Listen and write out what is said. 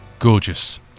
Gorgeous